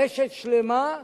רשת שלמה,